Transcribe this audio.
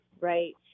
right